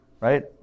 right